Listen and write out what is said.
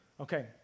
Okay